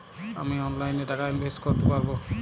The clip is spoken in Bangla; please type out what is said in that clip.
আমি অনলাইনে টাকা ইনভেস্ট করতে পারবো?